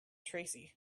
tracy